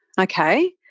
okay